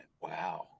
wow